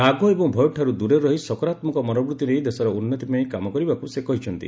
ରାଗ ଏବଂ ଭୟଠାରୁ ଦୂରରେ ରହି ସକାରାତ୍ମକ ମନୋବୃତ୍ତି ନେଇ ଦେଶର ଉନ୍ନତିପାଇଁ କାମ ସେ କହିଛନ୍ତି